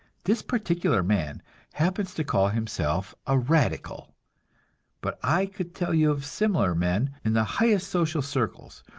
this particular man happens to call himself a radical but i could tell you of similar men in the highest social circles,